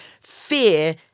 fear